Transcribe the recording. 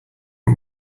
out